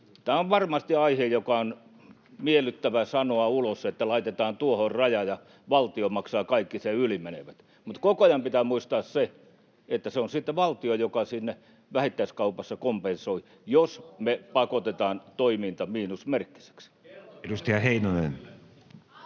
Tämä on varmasti aihe, joka on miellyttävää sanoa ulos niin, että ”laitetaan tuohon raja ja valtio maksaa kaikki sen yli menevät”, mutta koko ajan pitää muistaa se, että se on sitten valtio, joka sinne vähittäiskaupassa kompensoi, jos me pakotetaan toiminta miinusmerkkiseksi. [Välihuutoja